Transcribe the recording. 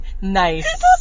Nice